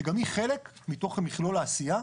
שגם היא חלק מתוך מכלול העשייה.